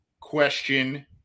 question